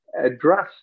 address